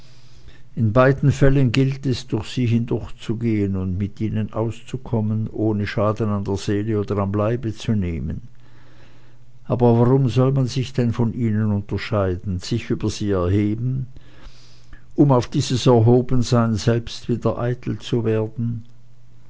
in beiden fällen gilt es durch sie hindurchzugehen und mit ihnen auszukommen ohne schaden an der seele oder am leibe zu nehmen aber warum soll man sich denn von ihnen unterscheiden sich über sie erheben um auf dieses erhobensein selbst wieder eitel zu werden